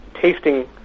tasting